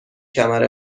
کمر